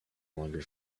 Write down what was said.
longer